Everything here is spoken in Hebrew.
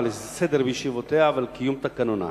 על הסדר בישיבותיה ועל קיום תקנונה,